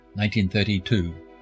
1932